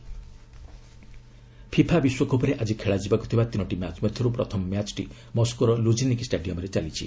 world cup FIFA ବିଶ୍ୱକପ୍ରେ ଆଜି ଖେଳାଯିବାକୁ ଥିବା ତିନୋଟି ମ୍ୟାଚ୍ ମଧ୍ୟରୁ ପ୍ରଥମ ମ୍ୟାଚ୍ ମସ୍କୋର ଲ୍ରଝନିକି ଷ୍ଟାଡିୟମ୍ରେ ଚାଲିଛି